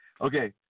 Okay